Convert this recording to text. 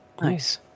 Nice